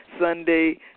Sunday